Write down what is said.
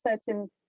certain